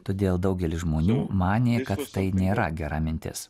todėl daugelis žmonių manė kad tai nėra gera mintis